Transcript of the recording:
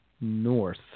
north